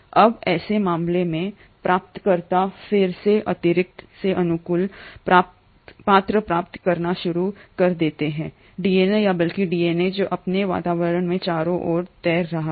अब ऐसे मामले में प्राप्तकर्ता फिर से अतिरिक्त से अनुकूल पात्र प्राप्त करना शुरू कर देता है डीएनए या बल्कि डीएनए जो अपने वातावरण में चारों ओर तैर रहा है